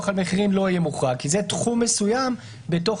על מחירים לא יהיה מוחרג כי זה תחום מסוים בתוך